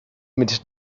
mit